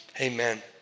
amen